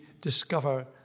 discover